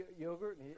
yogurt